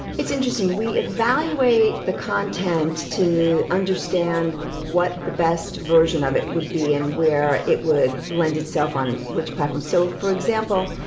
it's interesting, we evaluate the content to understand what the best version of it would be and where it would lend itself on which platform. so for example,